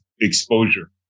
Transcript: exposure